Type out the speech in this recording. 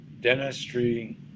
dentistry